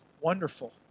wonderful